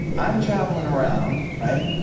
i'm traveling around, right,